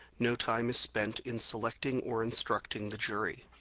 no time is spent in selecting or instructing the jury.